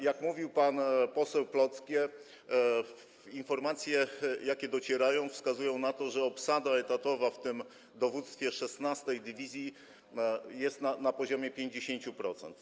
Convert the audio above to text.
Jak mówił pan poseł Plocke, informacje, jakie do nas docierają, wskazują na to, że obsada etatowa w dowództwie 16. dywizji jest na poziomie 50%.